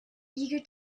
eager